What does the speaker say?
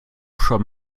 schon